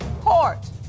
court